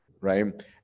right